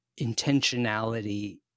intentionality